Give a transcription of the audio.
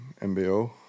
MBO